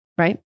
right